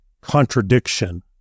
contradiction